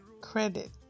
credit